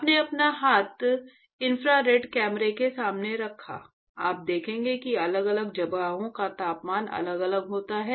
आपने अपना हाथ इंफ्रारेड कैमरे के सामने रखा आप देखेंगे कि अलग अलग जगहों का तापमान अलग अलग होता है